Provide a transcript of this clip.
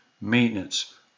maintenance